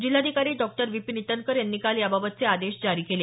जिल्हाधिकारी डॉ विनीप ईटनकर यांनी काल याबाबतचे आदेश जारी केले